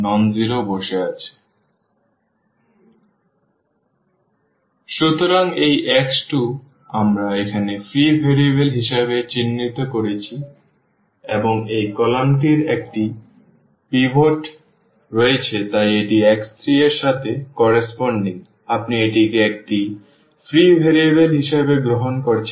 Take x21x52then x4 122 x34 42 x19 21 952 x1 x2 x3 x4 x5 9 0 4 0 0 1 2 1 0 0 0 2 95 0 4 05 1 সুতরাং এই x2 আমরা এখানে ফ্রি ভেরিয়েবল হিসাবে চিহ্নিত করেছি এবং এই কলামটির একটি পিভট রয়েছে তাই এটি x3 এর সাথে সামঞ্জস্যপূর্ণ আপনি এটিকে একটি ফ্রি ভেরিয়েবল হিসাবে গ্রহণ করছেন না